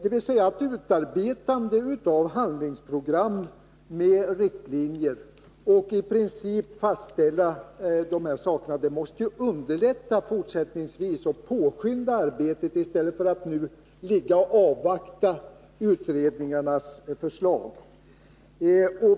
Ett utarbetande av handlingsprogram med riktlinjer och ett principiellt fastställande av de här sakerna måste ju fortsättningsvis underlätta och påskynda arbetet. Då behöver man ju inte som nu avvakta utredningarnas förslag.